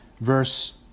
Verse